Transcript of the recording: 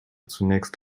zunächst